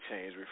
change